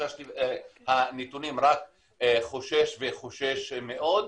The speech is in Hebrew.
אז הנתונים חושש וחושש מאוד,